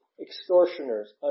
extortioners